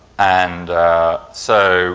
and so